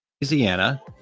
Louisiana